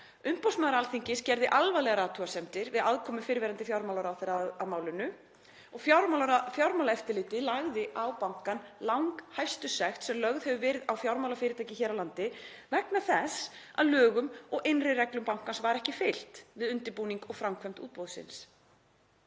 Umboðsmaður Alþingis gerði alvarlegar athugasemdir við aðkomu fyrrverandi fjármálaráðherra að málinu. Fjármálaeftirlitið lagði á bankann langhæstu sekt sem lögð hefur verið á fjármálafyrirtæki hér á landi vegna þess að lögum og innri reglum bankans var ekki fylgt við undirbúning og framkvæmd útboðsins.